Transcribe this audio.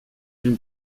une